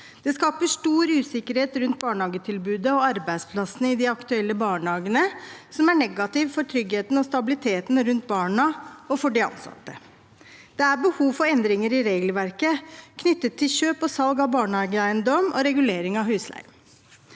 Det skaper stor usikkerhet rundt barnehagetilbudet og arbeidsplassene i de aktuelle barnehagene, som er negativt for tryggheten og stabiliteten rundt barna og for den ansatte. Det er behov for endringer i regelverket knyttet til kjøp og salg av barnehageeiendom og regulering av husleie.